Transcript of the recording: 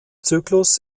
zyklus